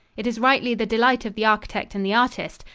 it is rightly the delight of the architect and the artist,